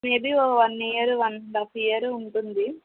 maybe ఒక one year one and half year ఉంటుంది